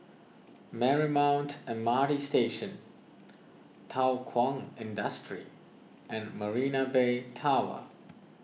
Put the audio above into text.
Marymount M R T Station Thow Kwang Industry and Marina Bay Tower